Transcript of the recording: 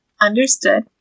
Understood